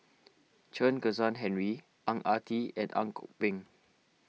Chen Kezhan Henri Ang Ah Tee and Ang Kok Peng